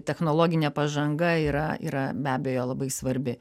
technologinė pažanga yra yra be abejo labai svarbi